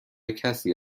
کسی